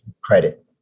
credit